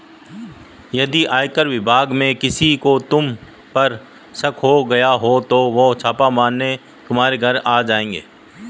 यदि आयकर विभाग में किसी को तुम पर शक हो गया तो वो छापा मारने तुम्हारे घर आ जाएंगे